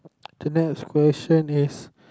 the next question is